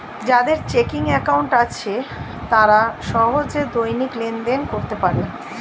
যাদের checking account আছে তারা সহজে দৈনিক লেনদেন করতে পারে